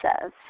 says